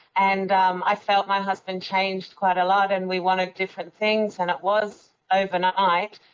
and i felt my husband changed quite a lot, and we wanted different things, and it was overnight.